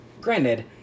granted